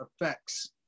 effects